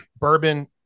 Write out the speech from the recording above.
bourbon